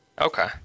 Okay